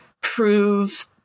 prove